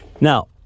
Now